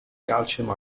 calcium